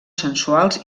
sensuals